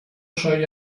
soy